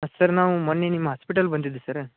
sir ನಾವು ಮೊನ್ನೆ ನಿಮ್ಮ ಹಾಸ್ಪಿಟಲ್ಗೆ ಬಂದಿದ್ವಿ ಸರ